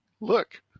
look